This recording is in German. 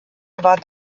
war